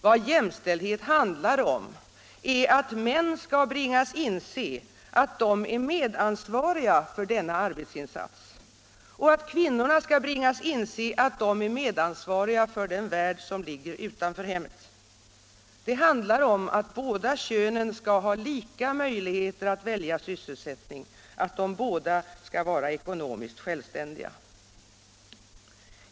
Vad jämställdhet handlar om är att män skall bringas inse att de är medansvariga för denna arbetsinsats, och att kvinnorna skall bringas inse att de är medansvariga för den värld som ligger utanför hemmet. Det handlar om att båda könen skall ha lika möjligheter att välja sysselsättning, att de båda skall vara ekonomiskt självständiga.